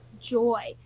joy